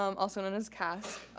um also and as casc,